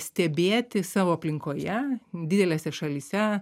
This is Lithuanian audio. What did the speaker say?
stebėti savo aplinkoje didelėse šalyse